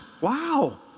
Wow